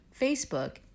Facebook